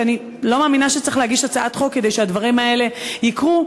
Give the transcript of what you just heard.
ואני לא מאמינה שצריך להגיש הצעת חוק כדי שהדברים האלה יקרו,